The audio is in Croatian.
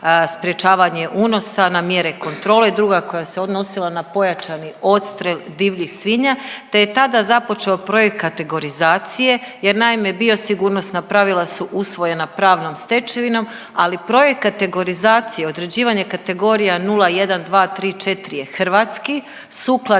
sprječavanje unosa na mjere kontrole, druga koja se odnosila na pojačani odstrel divljih svinja, te je tada započeo projekat kategorizacije jer naime biosigurnosna pravila su usvojena pravnom stečevinom, ali projekt kategorizacije, određivanje kategorija 0, 1, 2, 3, 4 je hrvatski sukladan